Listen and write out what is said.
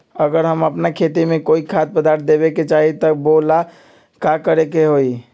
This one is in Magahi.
अगर हम अपना खेती में कोइ खाद्य पदार्थ देबे के चाही त वो ला का करे के होई?